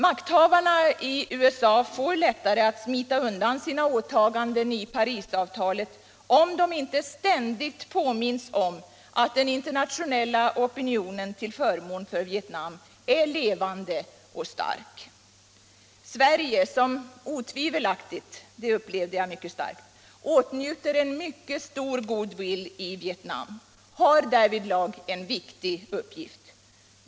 Makthavarna i USA får lättare att smita undan sina åttaganden i Parisavtalet om de inte ständigt påminns om att den internationella opinionen till förmån för Vietnam är levande och stark. Sverige, som otvivelaktigt — det upplevde jag mycket starkt — åtnjuter en mycket stor goodwill i Vietnam, har därvidlag en viktig uppgift.